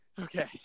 Okay